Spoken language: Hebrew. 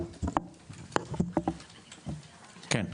(אומר דברים בשפה האנגלית, להלן תרגומם): זה